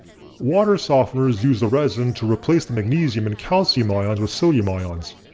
water softeners use the resin to replace the magnesium and calcium ions with sodium ions.